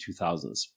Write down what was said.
2000s